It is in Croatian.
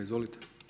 Izvolite.